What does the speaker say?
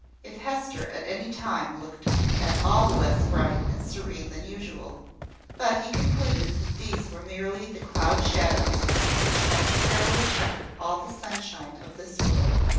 if hester at any time looked at all less bright and serene than usual but he concluded that these were merely the cloud-shadows which necessarily chequer all the sunshine of this world.